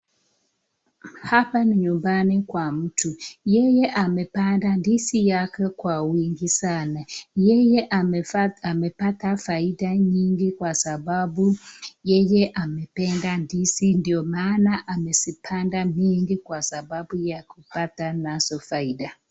Hapa ni nyumbani kwa mtu, yeye amepanda ndizi yake kwa wingi sana, yeye amepata faida nyingi kwa sababu yeye amependa ndizi ndio maana amezipanda mingi kwa sababu ya kupata nazo faida.